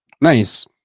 Nice